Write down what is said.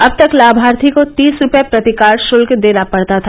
अब तक लाभार्थी को तीस रुपये प्रति कार्ड शुल्क देना पड़ता था